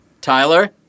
Tyler